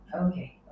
Okay